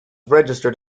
registered